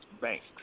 banks